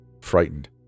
frightened